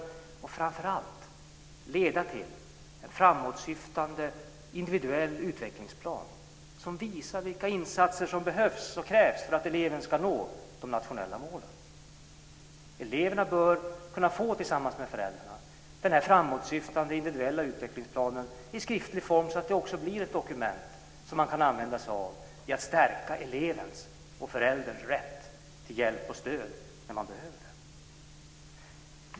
Det ska framför allt leda till en framåtsyftande individuell utvecklingsplan som visar vilka insatser som behövs och krävs för att eleven ska nå de nationella målen. Eleverna och föräldrarna bör kunna få denna framåtsyftande individuella utvecklingsplan i skriftlig form så att den också blir ett dokument som man kan använda för att stärka elevens och förälderns rätt till hjälp och stöd när man behöver det.